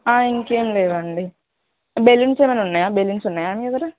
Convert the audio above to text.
ఇంకేం లేవండి బెలూన్స్ ఏమైనా ఉన్నాయా బెలూన్స్ ఉన్నాయా మీ దగ్గర